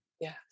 Yes